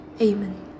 Amen